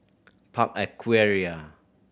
Park Aquaria